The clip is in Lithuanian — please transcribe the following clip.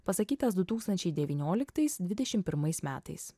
pasakytas du tūkstančiai devynioliktais dvidešim pirmais metais